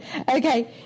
Okay